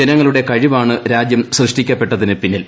ജനങ്ങളുടെ കഴിവാണ് രാജ്യം സൃഷ്ടിക്കപ്പെട്ടതിന് പിന്നിൽ